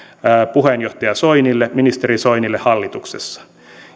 puheenjohtaja soinille ministeri soinille hallituksessa